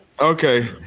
Okay